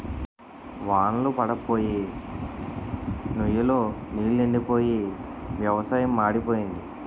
వాన్ళ్లు పడప్పోయి నుయ్ లో నీలెండిపోయి వ్యవసాయం మాడిపోయింది